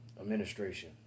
administration